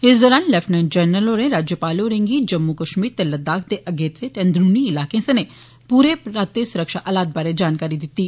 इस दरान lieutenant general होरें राज्यपाल होरें गी जम्मू कश्मीर ते लद्दाख दे अगेत्रें ते अंदरूनी इलाकें सनें पूरे पराते सुरक्षा हालात बारे जानकारी दित्ती